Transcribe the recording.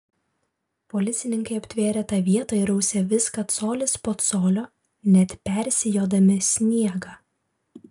policininkai aptvėrė tą vietą ir rausė viską colis po colio net persijodami sniegą